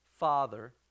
Father